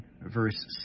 verse